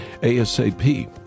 ASAP